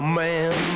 man